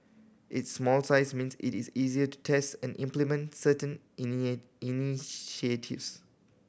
its small size means it is easier to test and implement certain initiatives